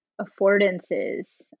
affordances